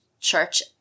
church